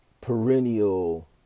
perennial